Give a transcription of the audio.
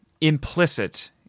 implicit